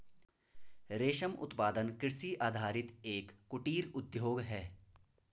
रेशम उत्पादन कृषि आधारित एक कुटीर उद्योग है